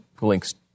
links